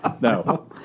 No